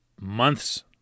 months